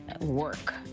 work